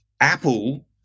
Apple